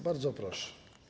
Bardzo proszę.